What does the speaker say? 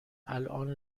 الان